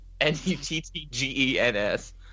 N-U-T-T-G-E-N-S